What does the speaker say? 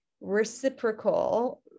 reciprocal